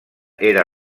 era